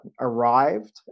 arrived